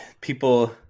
people